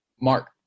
mark